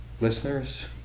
listeners